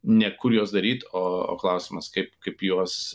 ne kur juos daryt o o klausimas kaip kaip juos